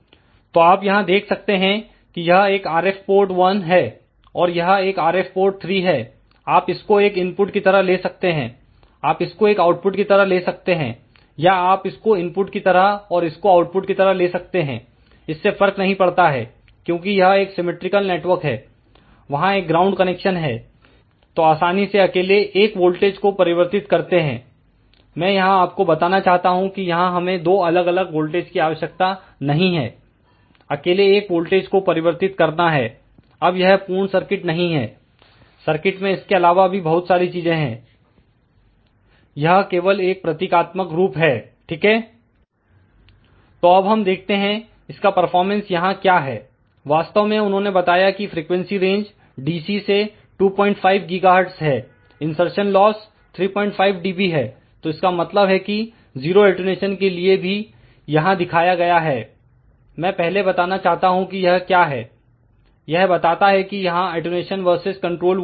तो आप यहां देख सकते हैं कि यह एक RF पोर्ट 1 है और यह एक RF पोर्ट 3 है आप इसको एक इनपुट की तरह ले सकते हैं आप इसको एक आउटपुट की तरह ले सकते हैं या आप इसको इनपुट की तरह और इसको आउटपुट की तरह ले सकते हैं इससे फर्क नहीं पड़ता है क्योंकि यह एक सिमिट्रिकल नेटवर्क है और वहां एक ग्राउंड कनेक्शन है तो आसानी से अकेले 1 वोल्टेज को परिवर्तित करते हैं मैं यहां आपको बताना चाहता हूं कि यहां हमें 2 अलग अलग वोल्टेज की आवश्यकता नहीं है अकेले 1 वोल्टेज को परिवर्तित करना है अब यह पूर्ण सर्किट नहीं है सर्किट में इसके अलावा भी बहुत सारी चीजें हैं यह केवल एक प्रतीकात्मक रूप है ठीक है तो अब हम देखते हैं इसका परफॉर्मेंस यहां क्या है वास्तव में उन्होंने बताया कि फ्रीक्वेंसी रेंज DC से 25 GHz है इनसरसन लॉस 35 dB है तो इसका मतलब है कि 0 अटेंन्यूशन के लिए भी यहां दिखाया गया है मैं पहले बताना चाहता हूं कि यह क्या है यह बताता है कि यहां अटेंन्यूशन वर्सेस कंट्रोल वोल्टेज